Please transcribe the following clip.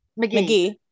McGee